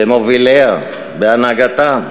במוביליה, בהנהגתה.